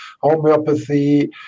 homeopathy